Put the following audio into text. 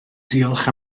diolch